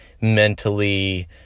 mentally